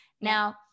now